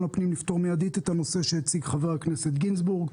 הפנים לפתור מיידית את הנושא שהציג חבר הכנסת גינזבורג,